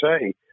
say